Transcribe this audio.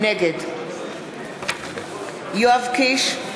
נגד יואב קיש,